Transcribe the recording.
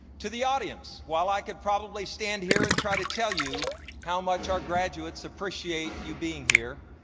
to the audience, while i could probably stand here and try to tell you how much our graduates appreciate you being here,